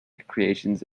creations